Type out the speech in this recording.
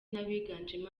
n’abiganjemo